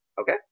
Okay